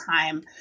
time